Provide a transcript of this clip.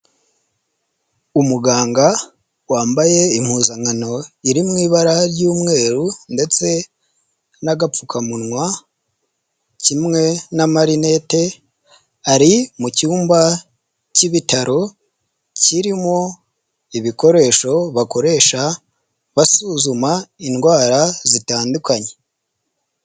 Umuganga wambaye impuzankano iri m’ ibara ry'umweru, ndetse n'agapfukamunwa kimwe n’ amarinete ari mu cyumba cy'ibitaro, kirimo ibikoresho bakoresha basuzuma indwara zitandukanye.